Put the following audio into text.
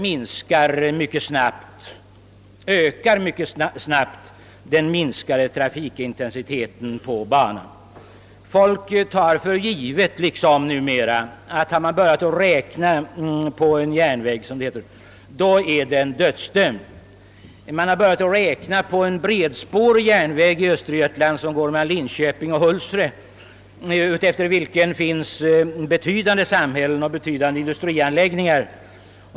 Folk tar numera för givet att en järnvägslinje, vilken man — som det heter — börjat räkna på, är dödsdömd. Man lär ha börjat räkna på en bredspårig järnvägslinje mellan Linköping och Hultsfred i Östergötland, längs vilken det ligger betydande samhällen och industrianläggningar.